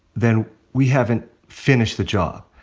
then we haven't finished the job.